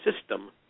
system